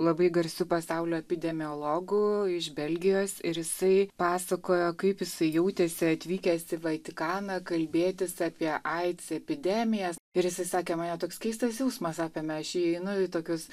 labai garsiu pasaulio epidemiologu iš belgijos ir jisai pasakojo kaip jisai jautėsi atvykęs į vatikaną kalbėtis apie aids epidemijas ir jisai sakė mane toks keistas jausmas apėmė aš įeinu į tokius